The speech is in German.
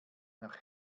nach